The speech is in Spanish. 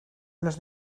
los